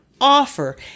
offer